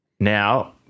now